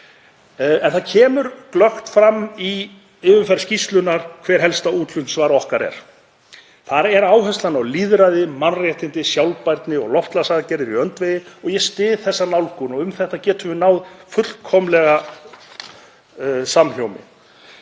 Það kemur glöggt fram í yfirferð skýrslunnar hver helsta útflutningsvara okkar er. Þar er áherslan á lýðræði, mannréttindi, sjálfbærni og loftslagsaðgerðir í öndvegi og ég styð þessa nálgun og um þetta getum við náð fullkomnum samhljómi.